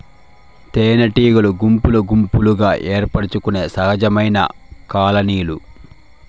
తేనెటీగలు గుంపులు గుంపులుగా ఏర్పరచుకొనే సహజమైన కాలనీలు